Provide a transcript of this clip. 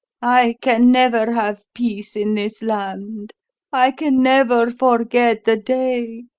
i can never have peace in this land i can never forget the day!